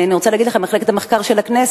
אני רוצה לומר לכם שמחלקת המחקר של הכנסת